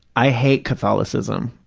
i hate catholicism.